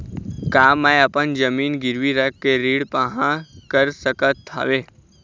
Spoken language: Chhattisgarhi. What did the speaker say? का मैं अपन जमीन गिरवी रख के ऋण पाहां कर सकत हावे?